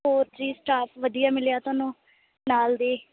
ਹੋਰ ਜੀ ਸਟਾਫ ਵਧੀਆ ਮਿਲਿਆ ਤੁਹਾਨੂੰ ਨਾਲ ਦੇ